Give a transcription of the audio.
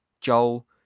Joel